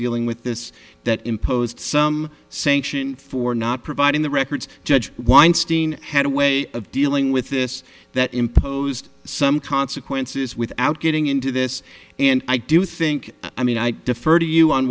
dealing with this that imposed some sanction for not providing the records judge weinstein had a way of dealing with this that imposed some consequences without getting into this and i do think i mean i defer to you on